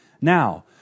now